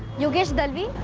yogesh dalvi?